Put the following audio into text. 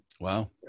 Wow